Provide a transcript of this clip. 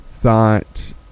thought